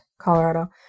Colorado